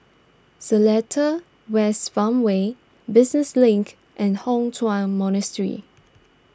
Seletar West Farmway Business Link and Hock Chuan Monastery